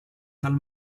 tal